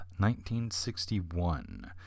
1961